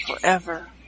forever